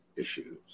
Issues